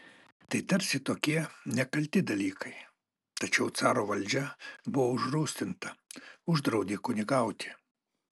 tai tarsi tokie nekalti dalykai tačiau caro valdžia buvo užrūstinta uždraudė kunigauti